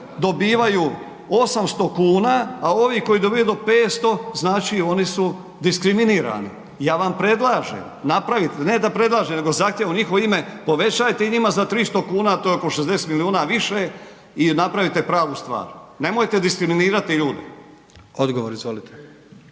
dobivaju 800 kuna, a ovi koji dobivaju do 500 oni su diskriminirani. Ja vam predlažem, ne da predlažem nego zahtijevam u njihovo ime, povećajte i njima za 300 kuna, to je oko 60 milijuna više i napravite pravu stvar. Nemojte diskriminirati ljude. **Jandroković,